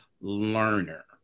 Learner